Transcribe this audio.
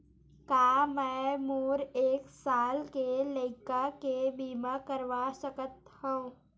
का मै मोर एक साल के लइका के बीमा करवा सकत हव?